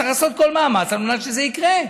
צריך לעשות כל מאמץ על מנת שזה יקרה.